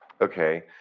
Okay